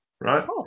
Right